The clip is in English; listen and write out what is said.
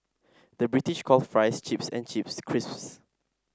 the British calls fries chips and chips crisps